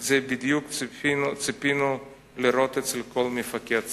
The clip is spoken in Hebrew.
את זה בדיוק ציפינו לראות אצל כל מפקד צה"ל".